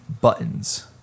buttons